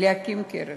להקים קרן,